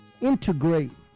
integrate